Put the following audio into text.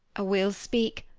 will speak,